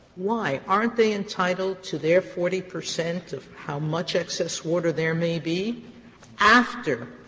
why? aren't they entitled to their forty percent of how much excess water there may be after